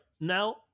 Now